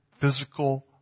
physical